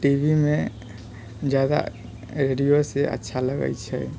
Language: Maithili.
टीवीमे जादा रेडियोसे अच्छा लगै छै